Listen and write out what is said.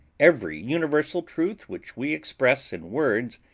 every universal truth which we express in words,